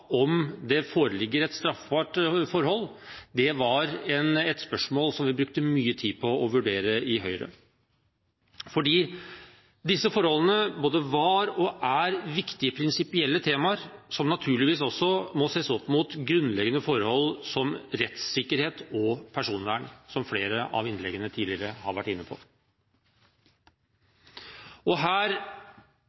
om det foreligger et straffbart forhold. Dette var et spørsmål vi i Høyre brukte mye tid på å vurdere, fordi disse forholdene både var og er viktige prinsipielle temaer som naturligvis også må ses opp mot grunnleggende forhold som rettssikkerhet og personvern – som man har vært inne på i flere av innleggene tidligere. Her la vi i Høyre avgjørende vekt på